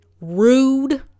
rude